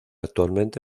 actualmente